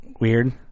weird